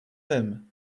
him